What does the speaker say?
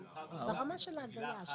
אבל הוא חייב להיות במילה אחת.